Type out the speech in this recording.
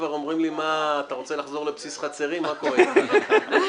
עוד